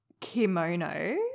kimono